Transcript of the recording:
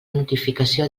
notificació